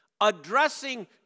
addressing